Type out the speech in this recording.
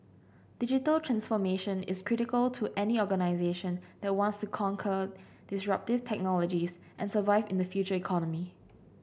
digital transformation is critical to any organisation that wants to conquer disruptive technologies and survive in the Future Economy